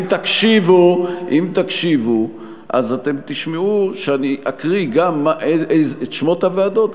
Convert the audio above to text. אם תקשיבו אתם תשמעו שאני אקריא את שמות הוועדות,